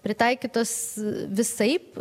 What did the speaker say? pritaikytos visaip